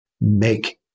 make